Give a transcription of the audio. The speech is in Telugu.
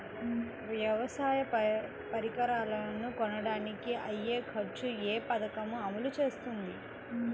వ్యవసాయ పరికరాలను కొనడానికి అయ్యే ఖర్చు ఏ పదకము అమలు చేస్తుంది?